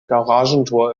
garagentor